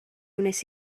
wnes